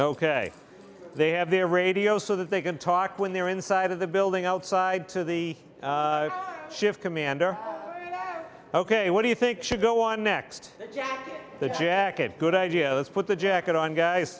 ok they have their radios so that they can talk when they're inside of the building outside to the shift commander ok what do you think should go on next the jack a good idea is put the jacket on guys